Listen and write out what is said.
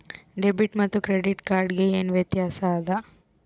Debit ಮತ್ತ credit card ಗೆ ಏನ ವ್ಯತ್ಯಾಸ ಆದ?